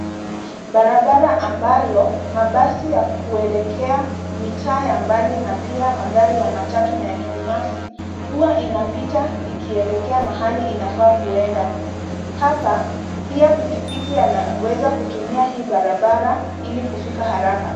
Barabara ambalo mabasi yakuelekea mitaa ya mbali na pia magari ya matatu na ya kibinafsi hua inapita ikielekea mahali inafaa kuenda. Hapa pia pikipiki yanaweza kutumia hii barabara ili kufika haraka.